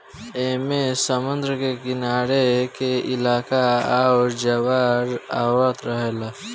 ऐमे समुद्र के किनारे के इलाका आउर ज्वार आवत रहेला